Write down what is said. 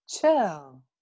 chill